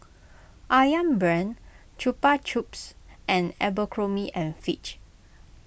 Ayam Brand Chupa Chups and Abercrombie and Fitch